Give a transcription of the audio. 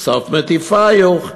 וסוף מטיפייך יטופון".